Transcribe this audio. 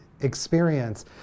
experience